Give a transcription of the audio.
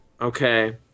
Okay